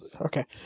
okay